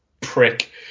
prick